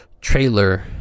trailer